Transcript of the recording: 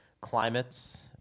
climates